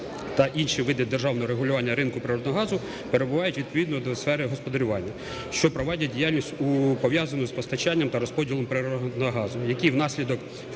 та інші види державного регулювання ринку природного газу перебувають відповідно до сфери господарювання, що провадять діяльність, пов'язану з постачанням та розподілом природного газу, які внаслідок